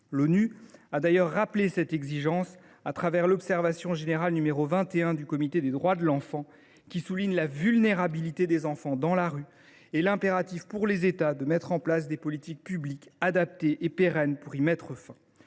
L’ONU a d’ailleurs rappelé cette exigence au travers de l’observation générale n° 21 du Comité des droits de l’enfant, qui souligne la vulnérabilité des enfants vivant dans la rue et l’impératif pour les États de mettre en place des politiques publiques adaptées et pérennes afin de faire